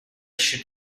she